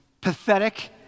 pathetic